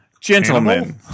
Gentlemen